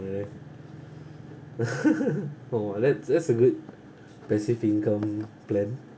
oh that's that's a good passive income plan